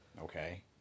Okay